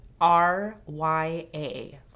R-Y-A